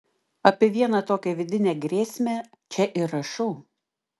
apie vieną tokią vidinę grėsmę čia ir rašau